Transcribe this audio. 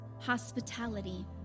hospitality